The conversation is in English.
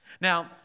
Now